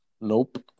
Nope